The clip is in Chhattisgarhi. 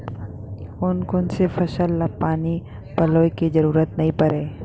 कोन कोन से फसल ला पानी पलोय के जरूरत नई परय?